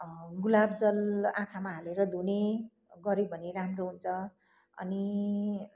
गुलाब जल आँखामा हालेर धुने गर्यो भने राम्रो हुन्छ अनि